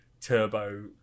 turbo